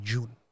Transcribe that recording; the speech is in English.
June